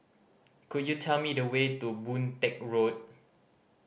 could you tell me the way to Boon Teck Road